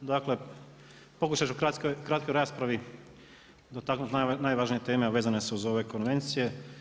Dakle pokušati ću u kratkoj raspravi dotaknuti najvažnije teme a vezane su uz ove konvencije.